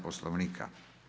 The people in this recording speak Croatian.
Poslovnika.